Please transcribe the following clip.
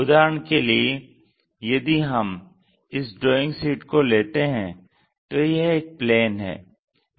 उदाहरण के लिए यदि हम इस ड्रॉइंग शीट को लेते हैं तो यह एक प्लेन है